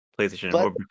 PlayStation